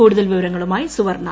കൂടുതൽ വിവരങ്ങളുമായി സുവർണ